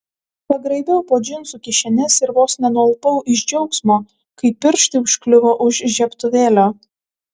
pagraibiau po džinsų kišenes ir vos nenualpau iš džiaugsmo kai pirštai užkliuvo už žiebtuvėlio